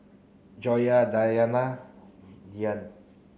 Joyah Dayana Dian